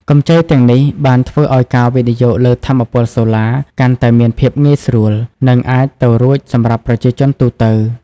កម្ចីទាំងនេះ បានធ្វើឱ្យការវិនិយោគលើថាមពលសូឡាកាន់តែមានភាពងាយស្រួល និងអាចទៅរួចសម្រាប់ប្រជាជនទូទៅ។